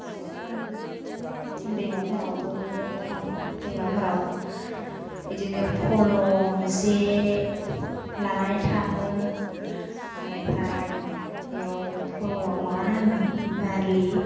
आमफाय आरो दैमाफोरावबो थाङो दैमाफोराव इदिनो फल' जे लानानै थाङो एनिफ्राय एयाव फल'आव माबा नाङो बारलि